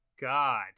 God